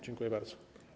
Dziękuję bardzo.